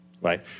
right